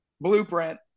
blueprint